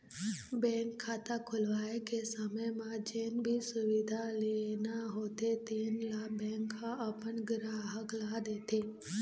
bank खाता खोलवाए के समे म जेन भी सुबिधा लेना होथे तेन ल बेंक ह अपन गराहक ल देथे